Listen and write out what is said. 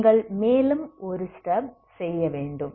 நீங்கள் மேலும் ஒரே ஸ்டெப் செய்ய வேண்டும்